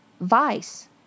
Vice